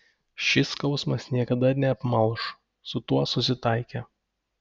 šis skausmas niekada neapmalš su tuo susitaikė